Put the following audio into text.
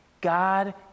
God